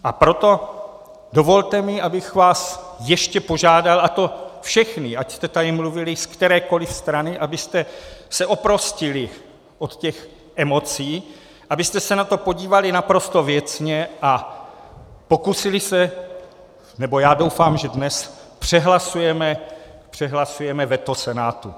A proto, dovolte mi, abych vás ještě požádal, a to všechny, ať jste tady mluvili z kterékoliv strany, abyste se oprostili od těch emocí, abyste se na to podívali naprosto věcně a pokusili se nebo já doufám, že dnes přehlasujeme veto Senátu.